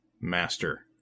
master